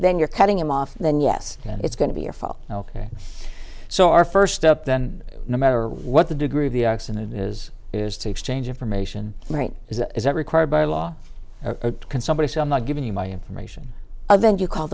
then you're cutting him off then yes it's going to be your fault ok so our first step then no matter what the degree of the accident is is to exchange information right is not required by law or can somebody say i'm not giving you my information of then you call